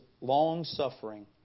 long-suffering